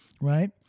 right